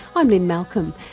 i'm lynne malcolm,